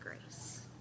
grace